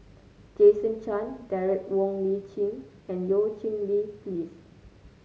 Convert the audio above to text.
Jason Chan Derek Wong Li Qing and Eu Cheng Li Phyllis